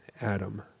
Adam